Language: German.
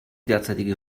derzeitige